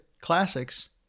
Classics